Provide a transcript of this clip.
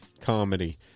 comedy